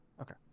Okay